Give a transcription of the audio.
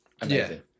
Amazing